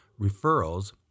referrals